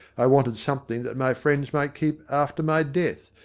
i wanted something that my friends might keep after my death,